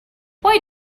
why